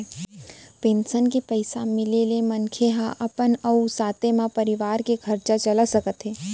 pension के पइसा मिले ले मनखे हर अपन अउ साथे म परवार के खरचा चला सकत हे